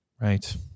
Right